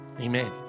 Amen